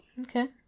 Okay